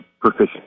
proficient